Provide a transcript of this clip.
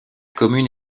commune